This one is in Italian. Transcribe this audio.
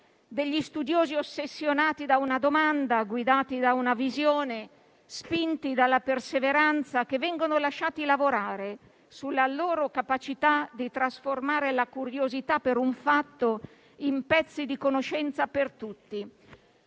degli studiosi ossessionati da una domanda, guidati da una visione, spinti dalla perseveranza, che vengono lasciati lavorare sulla loro capacità di trasformare la curiosità per un fatto in pezzi di conoscenza per tutti.